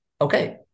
okay